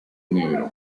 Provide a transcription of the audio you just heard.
negro